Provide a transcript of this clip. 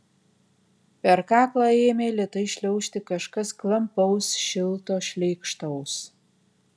per kaklą ėmė lėtai šliaužti kažkas klampaus šilto šleikštaus